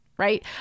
Right